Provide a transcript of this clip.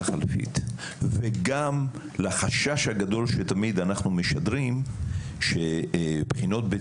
חלופית וגם לחשש הגדול שתמיד אנחנו משדרים שבחינות בית